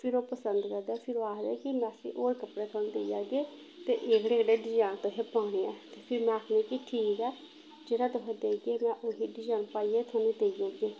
फिर ओह् पसंद करदे फिर ओह् आखदे कि में उसी होर कपड़े थुआनूं देई जाह्गे ते एह्कड़े एह्कड़े डिजाइन तुसें पाने ऐ ते फिर में आखनी कि ठीक ऐ जेह्ड़ा तुस देगे में उ'ऐ डिजाइन पाइयै थुआनूं देई ओड़गी